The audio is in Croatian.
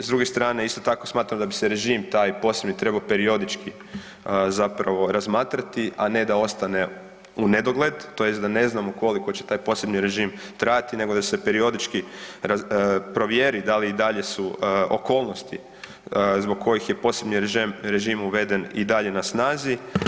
S druge stane isto tako smatram da bi se režim taj posebni trebo periodički zapravo razmatrati, a ne da ostane unedogled tj. da ne znamo koliko će taj posebni režim trajati nego da se periodički provjeri da li i dalje su okolnosti zbog kojih je posebni režim uveden i dalje na snazi.